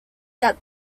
that